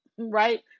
right